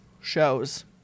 shows